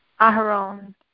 Aaron